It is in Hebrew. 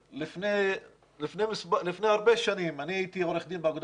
לפני הרבה שנים אני הייתי עורך דין באגודה